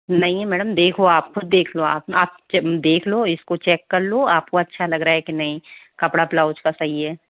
नहीं है मैडम देखो आप खुद देख लो आप आप देख लो इसको चेक कर लो आपको अच्छा लग रहा है कि नहीं कपड़ा ब्लाउस का सही है